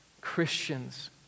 Christians